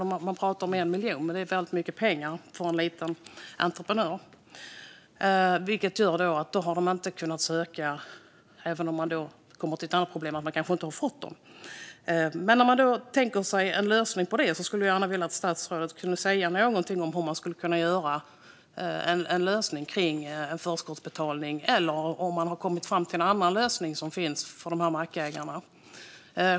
Man pratar om 1 miljon, men det är väldigt mycket pengar för en liten entreprenör. Därmed har de inte kunnat söka medel eller kanske, även om de kunnat det, inte fått dem. Jag vill gärna höra statsrådet säga något om en lösning på detta - om man kan tänka sig en förskottsutbetalning eller om man har kommit fram till en annan lösning för de här mackägarna. Det är en av mina frågor.